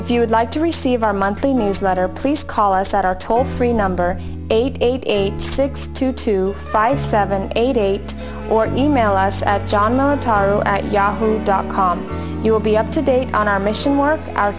if you would like to receive our monthly newsletter please call us at our toll free number eight eight eight six two two five seven eight eight or e mail us at john tyro at yahoo dot com you will be up to date on our mission more o